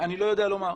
אני לא יודע לומר.